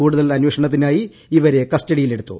കൂടുതൽ അന്വേഷണത്തിനായി ഇവരെ കസ്റ്റഡിയിലെടുത്തു